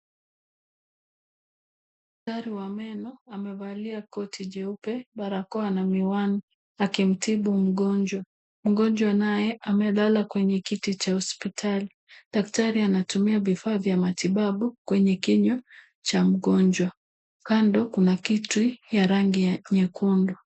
Daktari wa meno, amevalia koti jeupe, barakoa na miwani, akimtibu mgonjwa ambayev amelala kwenye kiti cha hospitali. Daktari anatumia vifaa vya matibabu kwenye kinywa cha mgonjwa. Kando kuna kiti cha rangi ya nyekundu.